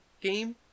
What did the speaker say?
game